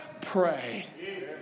pray